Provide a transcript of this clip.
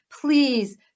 Please